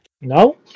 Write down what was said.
No